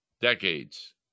decades